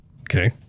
Okay